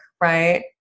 right